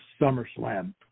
SummerSlam